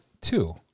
two